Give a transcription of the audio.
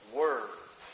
word